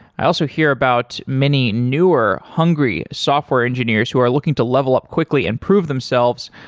i also hear about many newer, hungry software engineers who are looking to level up quickly and prove themselves